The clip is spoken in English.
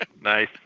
Nice